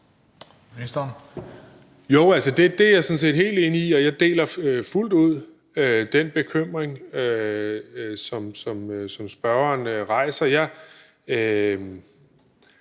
Bek): Jo, det er jeg sådan set helt enig i, og jeg deler fuldt ud den bekymring, som spørgeren rejser.